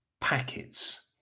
packets